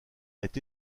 est